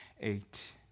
eight